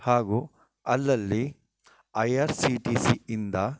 ಹಾಗೂ ಅಲ್ಲಲ್ಲಿ ಐ ಆರ್ ಸಿ ಟಿ ಸಿಯಿಂದ